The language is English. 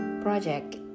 project